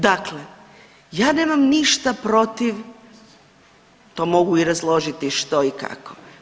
Dakle, ja nemam ništa protiv to mogu i razložiti što i kako.